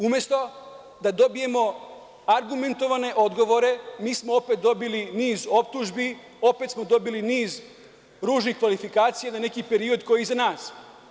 Umesto da dobijemo argumentovane odgovore, mi smo opet dobili niz optužbi, opet smo dobili niz ružnih kvalifikacija na neki period koji je iza nas.